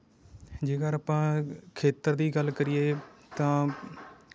ਜੇਕਰ ਆਪਾਂ ਖੇਤਰ ਦੀ ਗੱਲ ਕਰੀਏ ਤਾਂ